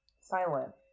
Silent